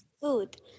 food